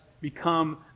become